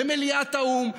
במליאת האו"ם,